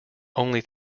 only